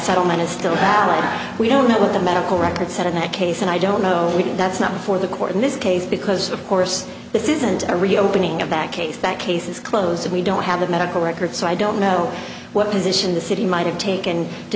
settlement is still valid we don't know what the medical record said in that case and i don't know we that's not before the court in this case because of course this isn't a reopening of that case that case is closed and we don't have the medical records so i don't know what position the city might have taken t